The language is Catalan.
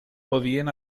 podien